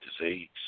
disease